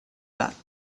that